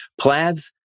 Plaids